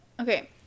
okay